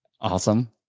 Awesome